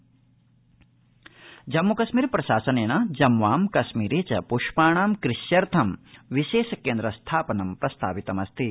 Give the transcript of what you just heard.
जम्मूकश्मीरपुष्पकृषि जम्मूकश्मीर प्रशासनेन जम्वां कश्मीर च पृष्पाणां कृष्यर्थं विशेष केन्द्रस्थापनं प्रस्तावितमस्ति